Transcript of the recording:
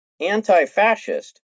anti-fascist